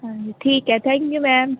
ਹਾਂਜੀ ਠੀਕ ਹੈ ਥੈਂਕ ਯੂ ਮੈਮ